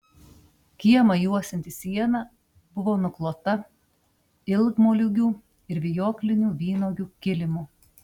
kiemą juosianti siena buvo nuklota ilgmoliūgių ir vijoklinių vynuogių kilimu